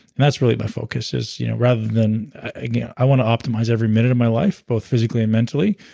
and that's really my focus is you know rather than. again, i want to optimize every minute of my life, both physically and mentally,